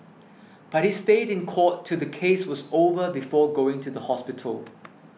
but he stayed in court till the case was over before going to the hospital